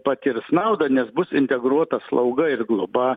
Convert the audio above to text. patirs naudą nes bus integruota slauga ir globa